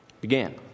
Began